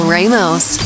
Ramos